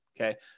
Okay